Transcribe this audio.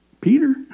Peter